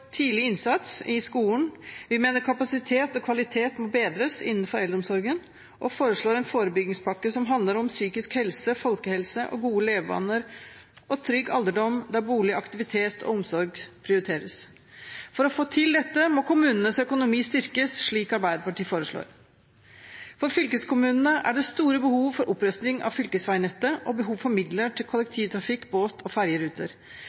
tidlig innsats i skolen. Vi mener kapasitet og kvalitet må bedres innenfor eldreomsorgen og foreslår en forebyggingspakke som handler om psykisk helse, folkehelse, gode levevaner og trygg alderdom der bolig, aktivitet og omsorg prioriteres. For å få til dette må kommunenes økonomi styrkes, slik Arbeiderpartiet foreslår. For fylkeskommunenes del er det store behov for opprustning av fylkesveinettet og for midler til kollektivtrafikk, båt- og ferjeruter.